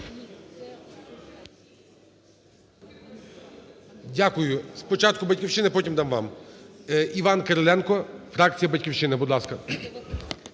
Дякую. Спочатку "Батьківщина", потім дам вам. Іван Кириленко, фракція "Батьківщина", будь ласка.